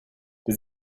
der